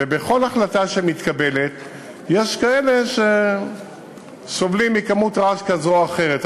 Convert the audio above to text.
ובכל החלטה שמתקבלת יש כאלה שסובלים מכמות רעש כזו או אחרת.